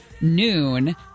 noon